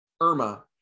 irma